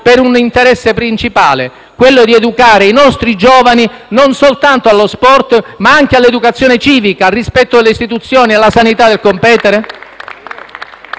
per un interesse principale, che è quello di educare i nostri giovani, non soltanto allo sport, ma anche all'educazione civica, al rispetto delle istituzioni e alla sanità del competere?